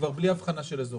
כבר בלי אבחנה של אזורים.